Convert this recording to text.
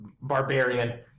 barbarian